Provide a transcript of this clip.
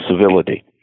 civility